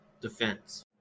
defense